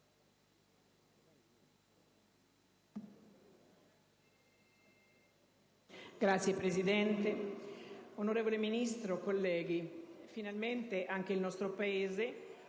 Signor Presidente, onorevole Ministri, colleghi, finalmente anche il nostro Paese,